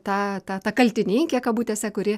ta ta ta kaltininkė kabutėse kuri